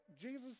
Jesus